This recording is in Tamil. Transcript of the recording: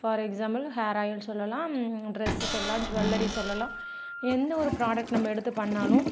ஃபார் எக்ஸாம்புள் ஹேர் ஆயில்னு சொல்லலாம் ட்ரெஸு சொல்லலாம் ஜுவல்லரி சொல்லலாம் எந்த ஒரு புராடக்ட் நம்ம எடுத்து பண்ணாலும்